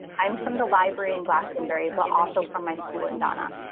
i'm from the library in glastonbury, but also from my school in ghana.